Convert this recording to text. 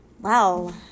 wow